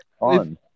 on